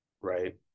right